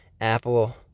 apple